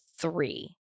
three